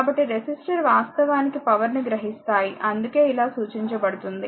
కాబట్టి రెసిస్టర్ వాస్తవానికి పవర్ ని గ్రహిస్తాయి అందుకే ఇలా సూచించబడుతుంది